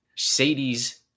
Sadie's